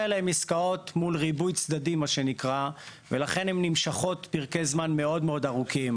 מול ריבוי צדדים ולכן הן נמשכות פרקי זמן מאוד ארוכים,